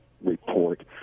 report